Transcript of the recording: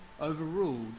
overruled